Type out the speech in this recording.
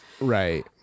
right